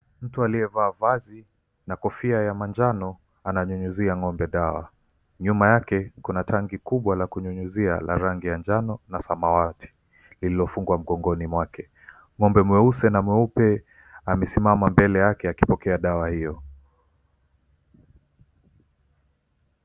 Mtu aliyevaa vazi na kofia ya manjano ananyunyuzia ng'ombe dawa. Nyuma yake kuna tanki kubwa la kunyunyuzia la rangi ya njano na samawati lililofungwa mgongoni mwake. Ng'ombe mweusi na mweupe amesimama mbele yake akipokea dawa hio.